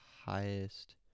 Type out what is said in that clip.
highest